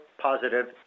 positive